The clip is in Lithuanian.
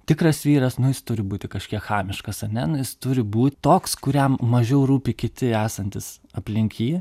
tikras vyras nu jis turi būti kažkiek chamiškas ar ne nu jis turi būti toks kuriam mažiau rūpi kiti esantys aplink jį